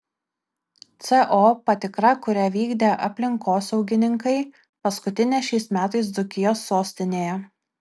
co patikra kurią vykdė aplinkosaugininkai paskutinė šiais metais dzūkijos sostinėje